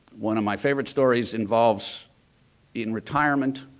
one of my favorite stories involves in retirement,